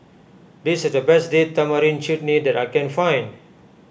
this is the best Date Tamarind Chutney that I can find